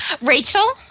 Rachel